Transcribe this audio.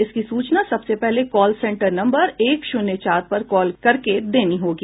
इसकी सूचना सबसे पहले कॉल सेंटर नंबर एक शून्य चार पर कॉल करके देनी होगी